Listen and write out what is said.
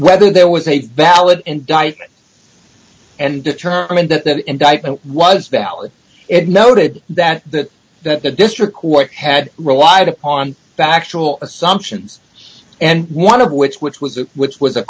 whether there was a valid indictment and determined that the indictment was valid it noted that the that the district court had relied upon factual assumptions and one of which which was which was a